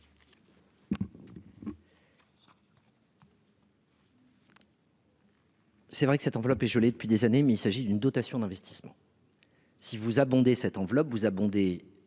est vrai que cette enveloppe est gelée depuis des années, mais il s'agit d'une dotation d'investissement. Si vous abondez cette enveloppe, vous abondez